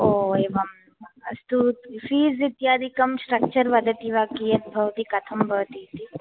हो एवम् अस्तु फ़ीस् इत्यादिकं स्ट्रक्चर् वदति वा कीयद् भवति कथं भवति इति